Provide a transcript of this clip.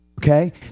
okay